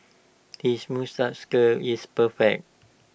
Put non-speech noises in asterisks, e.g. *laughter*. his *unintelligible* curl is perfect